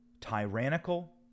tyrannical